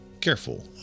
Careful